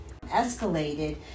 escalated